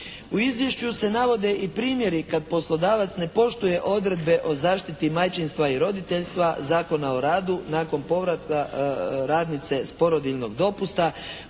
U izvješću se navode i primjeri kad poslodavac ne poštuje odredbe o zaštiti majčinstva i roditeljstva, Zakona o radu, nakon povratka radnice sa porodiljnog dopusta,